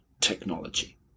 technology